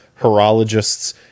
horologists